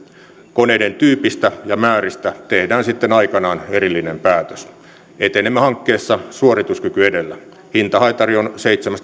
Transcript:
koneiden tyypistä ja määristä tehdään sitten aikanaan erillinen päätös etenemme hankkeessa suorituskyky edellä hintahaitari on seitsemän